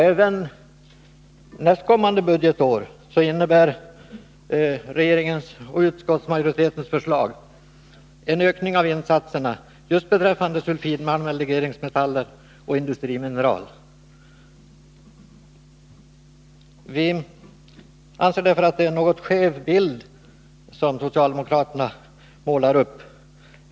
Även nästkommande budgetår innebär regeringens och utskottsmajoritetens förslag en ökning av insatserna just beträffande sulfidmalm, legeringsmetaller och industrimineral. Vi anser därför att det är en något skev bild som socialdemokraterna målar upp.